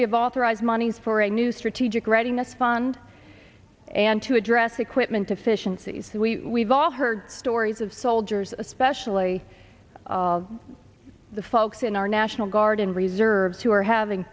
we have authorized monies for a new strategic readiness fund and to address equipment efficiencies we have all heard stories of soldiers especially the folks in our national guard and reserves who are having